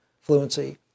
fluency